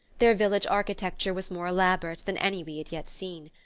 their village architecture was more elaborate than any we had yet seen.